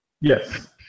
Yes